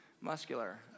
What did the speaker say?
muscular